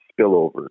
spillover